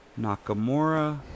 Nakamura